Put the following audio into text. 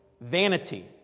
Vanity